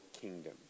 kingdom